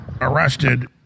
arrested